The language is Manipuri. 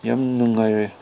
ꯌꯥꯝ ꯅꯨꯡꯉꯥꯏꯔꯦ